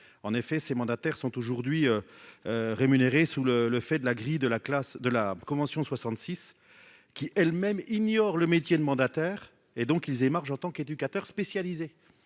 en effet ces mandataires sont aujourd'hui rémunérés sous le le fait de la grille de la classe de la convention 66 qui elles-mêmes ignorent le métier de mandataire et donc ils émargent en tant qu'éducateur spécialisé,